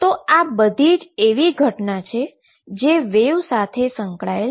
તો આ બધી જ એવી ઘટના છે જે વેવ સાથે સંકળાયેલ છે